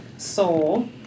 soul